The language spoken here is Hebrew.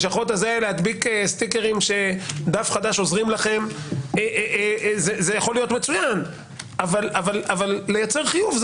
סטיקרים שדף חדש עוזרים לכם זה יכול להיות מצוין אבל לייצר חיוב,